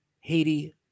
Haiti